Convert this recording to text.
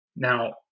Now